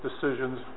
decisions